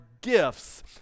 gifts